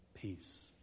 Peace